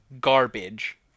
Garbage